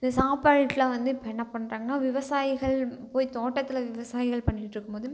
இந்த சாப்பாட்டில் வந்து இப்போ என்ன பண்ணுறாங்கன்னா விவசாயிகள் போய் தோட்டத்தில் விவசாயிகள் பண்ணிகிட்டு இருக்கும் போது